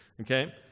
Okay